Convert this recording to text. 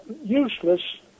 useless